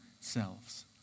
selves